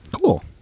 Cool